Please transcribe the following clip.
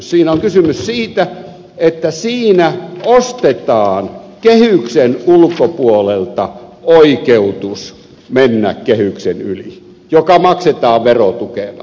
siinä on kysymys siitä että siinä ostetaan kehyksen ulkopuolelta oikeutus mennä kehyksen yli joka maksetaan verotukena